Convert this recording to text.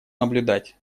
наблюдать